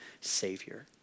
Savior